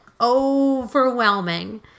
overwhelming